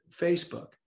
Facebook